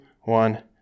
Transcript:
one